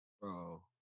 Bro